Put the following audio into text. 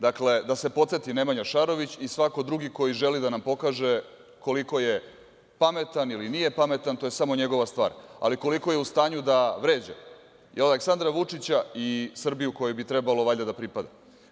Dakle, da se podseti Nemanja Šarović i svako drugi ko želi da nam pokaže koliko je pametan ili nije pametan, to je samo njegova stvar, ali koliko je u stanju da vređa i Aleksandra Vučića i Srbiju kojoj bi trebalo valjda da pripada.